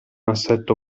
assetto